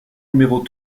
numéros